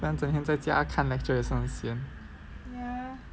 不然整天在家看 lecture 也是很 sian